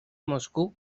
moscú